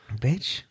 Bitch